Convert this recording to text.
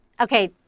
Okay